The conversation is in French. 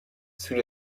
sous